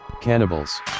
Cannibals